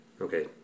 Okay